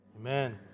Amen